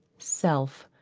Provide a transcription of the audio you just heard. self,